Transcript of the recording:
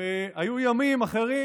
היו ימים אחרים,